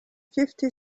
fifty